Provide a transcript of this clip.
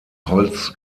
holz